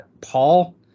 Paul